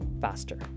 faster